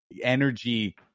energy